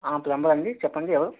ఆ ప్లంబర్ అండి చెప్పండీ ఎవరు